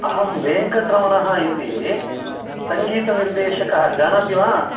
अहं वेङ्कटरमणः इति सङ्गीतनिर्देशकः जानाति वा